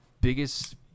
biggest